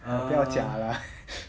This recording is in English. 不要假 lah